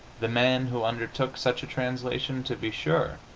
the man who undertook such a translation, to be sure,